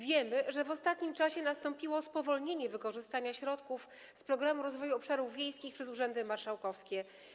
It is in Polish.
Wiemy, że w ostatnim czasie nastąpiło spowolnienie w zakresie wykorzystania środków z Programu Rozwoju Obszarów Wiejskich przez urzędy marszałkowskie.